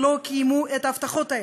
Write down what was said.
שלא קיימו את ההבטחות האלה.